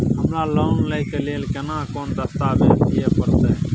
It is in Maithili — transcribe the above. हमरा लोन लय के लेल केना कोन दस्तावेज दिए परतै?